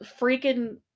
freaking